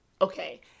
Okay